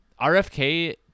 RFK